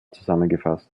zusammengefasst